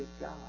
God